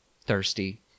thirsty